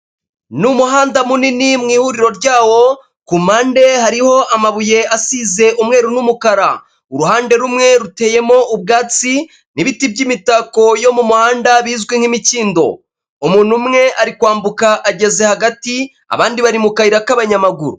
N'umuhanda munini m'ihuriro ryawo kumpande hariho amabuye asize umweru n'umukara uruhande rumwe ruteyemo ubwatsi n'ibiti by'imitako yo mu muhanda bizwi nk'imikindo umuntu umwe ari kwambuka ageze hagati abandi bari mu kayira k'abanyamaguru.